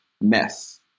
mess